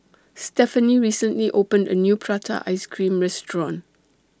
Stephany recently opened A New Prata Ice Cream Restaurant